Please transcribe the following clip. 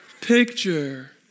picture